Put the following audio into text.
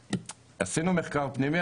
עשינו מחקר פנימי,